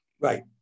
Right